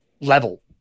level